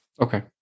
Okay